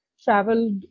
traveled